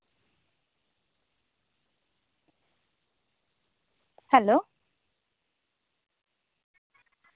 hello